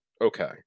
okay